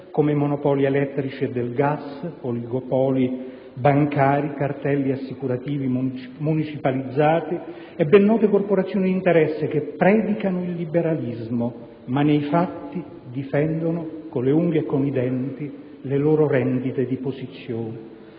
come monopoli elettrici e del gas, oligopoli bancari, cartelli assicurativi, municipalizzate e ben note corporazioni di interessi, che predicano il liberalismo ma, nei fatti, difendono con le unghie e con i denti le loro rendite di posizione.